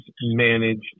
managed